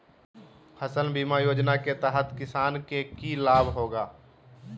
फसल बीमा योजना के तहत किसान के की लाभ होगा?